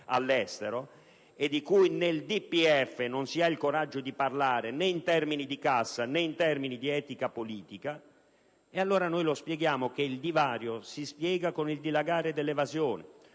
e di cui nel DPEF non si ha il coraggio di parlare né in termini di cassa, né in termini di etica politica. Il divario si spiega con il dilagare dell'evasione,